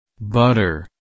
Butter